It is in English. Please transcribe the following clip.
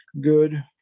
good